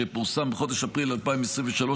שפורסם בחודש אפריל 2023,